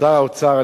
שר האוצר,